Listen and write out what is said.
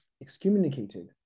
excommunicated